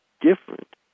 different